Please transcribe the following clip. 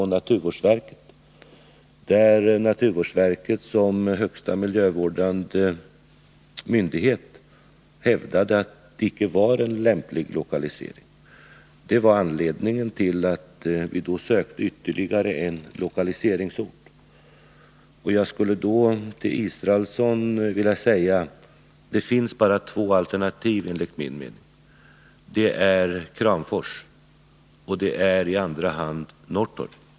Naturvårdsverket hävdade som högsta miljövårdande myndighet att det icke var en lämplig lokalisering. Det var anledningen till att vi då sökte ytterligare en lokaliseringsort. Jag skulle till Per Israelsson vilja säga att det enligt min mening bara finns två alternativ: Det är i första hand Kramfors och i andra hand Norrtorp.